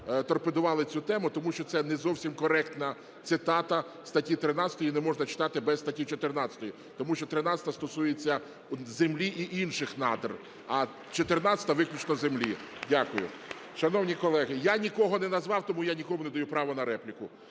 Тому що це не зовсім коректна цитата статті 13, її не можна читати без статті 14. Тому що 13-а стосується землі і інших надр, а 14-а виключно землі. Дякую. Шановні колеги, я нікого не назвав, тому я нікому не даю права на репліку.